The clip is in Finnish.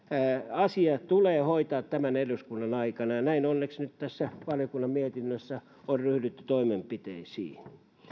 asia tulee hoitaa tämän eduskunnan aikana ja onneksi nyt tässä valiokunnan mietinnössä on ryhdytty toimenpiteisiin